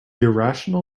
irrational